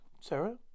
sarah